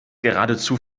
geradezu